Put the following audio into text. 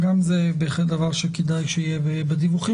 גם זה בהחלט דבר שכדאי שיהיה בדיווחים